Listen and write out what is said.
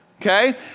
okay